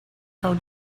how